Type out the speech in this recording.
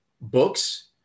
books